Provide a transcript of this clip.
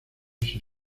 sin